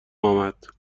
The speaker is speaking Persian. آمد